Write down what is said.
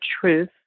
truth